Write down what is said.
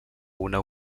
una